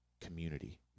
community